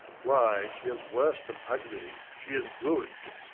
why, she is worse than ugly, she is good.